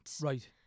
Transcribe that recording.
Right